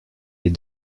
des